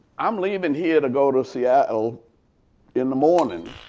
i'm leaving here to go to seattle in the morning.